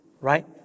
right